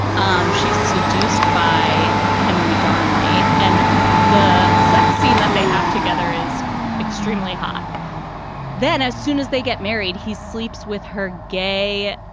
um she's seduced by henry darnley, and the sex scene that they have together is extremely hot then as soon as they get married, he sleeps with her gay